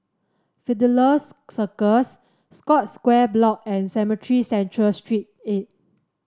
Fidelio's Circus Scotts Square Block and Cemetry Central Street eight